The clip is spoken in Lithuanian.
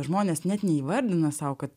žmonės net neįvardina sau kad